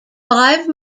five